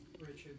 Richard